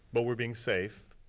but we're being safe.